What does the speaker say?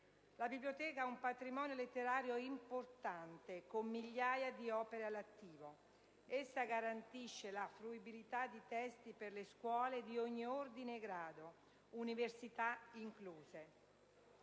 La Biblioteca ha un patrimonio letterario importante, con migliaia di opere all'attivo. Essa garantisce la fruibilità di testi per le scuole di ogni ordine e grado, università incluse.